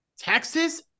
Texas